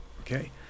okay